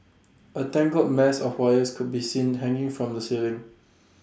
A tangled mess of wires could be seen hanging from the ceiling